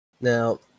now